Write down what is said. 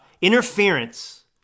interference